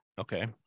Okay